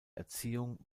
erziehung